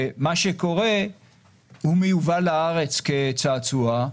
מה שקורה הוא שזה מיובא לארץ כצעצוע,